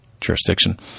jurisdiction